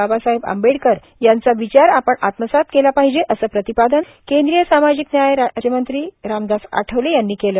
बाबासाहेब आंबेडकर यांचा विचार आपण आत्मसात केला पाहिजे असं प्रतिपादन केंद्रीय सामाजिक न्याय राज्यमंत्री रामदास आठवले यांनी केलं